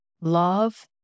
love